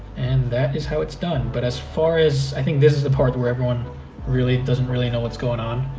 and that is how it's done, but as far as, i think this is the part where everyone really doesn't really know what's going on,